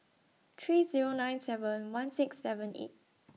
three Zero nine seven one six seven eight